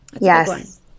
Yes